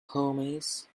homies